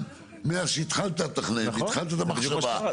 נכון, כמו שעשו בחלופת שקד.